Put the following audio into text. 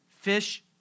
Fish